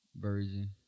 version